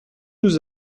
nous